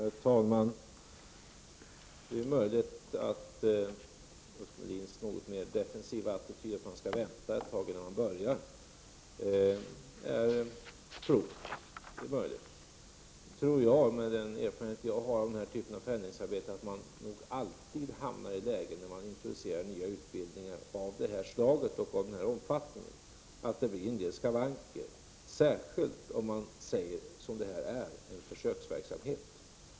Herr talman! Det är möjligt att Ulf Melins något mer defensiva attityd, att man skall vänta ett tag innan man börjar, är klok. Med den erfarenhet jag har av förändringsarbete, tror jag att man alltid när man introducerar nya utbildningar av det här slaget och av den här omfattningen hamnar i lägen där det blir en del skavanker. Detta blir särskilt fallet om man som här säger att det är en försöksverksamhet.